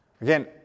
Again